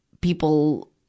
people